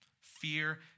Fear